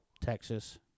texas